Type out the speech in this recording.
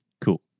Cool